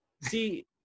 See